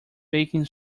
baking